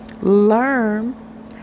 learn